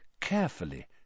carefully